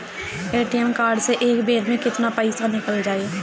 ATM card से एक बेर मे केतना पईसा निकल जाई?